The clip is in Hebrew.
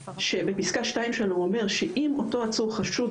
בפסקה (2) שלו אומר שאם אותו עצור חשוד,